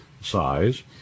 size